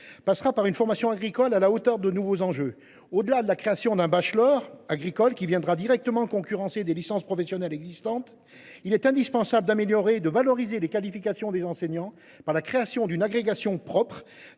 passera par une formation agricole à la hauteur des nouveaux enjeux. Au delà de la création d’un bachelor agricole, qui viendra directement concurrencer des licences professionnelles existantes, il est indispensable d’améliorer et de valoriser les qualifications des enseignants par la création d’une agrégation propre,